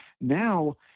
now –